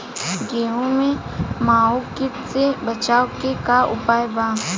गेहूँ में माहुं किट से बचाव के का उपाय बा?